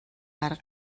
арга